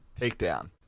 takedown